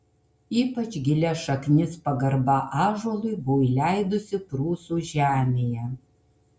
ypač gilias šaknis pagarba ąžuolui buvo įleidusi prūsų žemėje